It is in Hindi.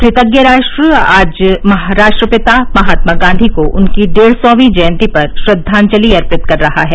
कृतज्ञ राष्ट्र आज राष्ट्रपिता महात्मा गांधी को उनकी डेढ़ सौंवी जयन्ती पर श्रद्वांजलि अर्पित कर रहा है